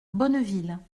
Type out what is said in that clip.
bonneville